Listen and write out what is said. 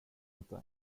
inte